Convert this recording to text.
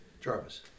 Jarvis